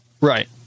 Right